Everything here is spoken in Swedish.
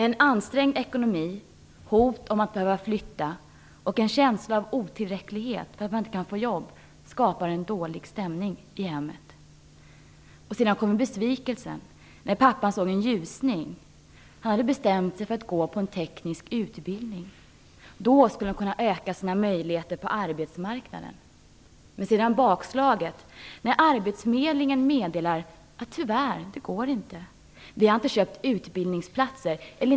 En ansträngd ekonomi, hot om att behöva flytta och en känsla av otillräcklighet för att man inte kan få jobb skapar en dålig stämning i hemmet. Sedan kommer besvikelsen. När pappa hade sett en ljusning och bestämt sig för att genomgå en teknisk utbildning för att öka sina möjligheter på arbetsmarknaden kom bakslaget. Arbetsförmedlingen meddelade: Tyvärr, det går inte - vi har inte köpt utbildningsplatser just där.